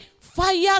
fire